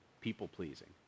people-pleasing